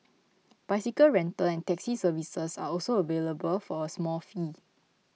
bicycle rental and taxi services are also available for a small fee